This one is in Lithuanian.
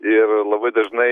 ir labai dažnai